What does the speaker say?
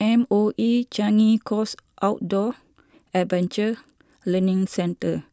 M O E Changi Coast Outdoor Adventure Learning Centre